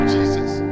Jesus